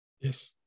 Yes